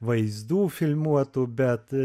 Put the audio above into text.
vaizdų filmuotų bet